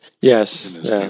Yes